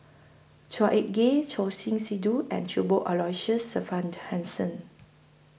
Chua Ek Kay Choor Singh Sidhu and Cuthbert Aloysius Shepherdson